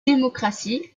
démocratie